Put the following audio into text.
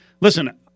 listen